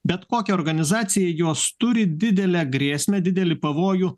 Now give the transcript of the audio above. bet kokią organizaciją jos turi didelę grėsmę didelį pavojų